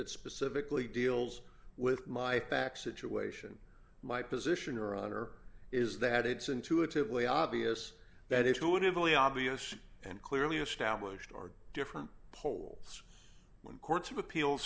that specifically deals with my back situation my position or honor is that it's intuitively obvious that it would have only obvious and clearly established are different polls when courts of appeal